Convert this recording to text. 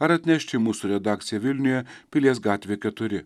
ar atnešti į mūsų redakciją vilniuje pilies gatvė keturi